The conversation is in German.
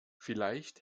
vielleicht